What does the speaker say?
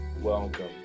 Welcome